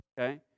Okay